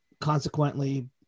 consequently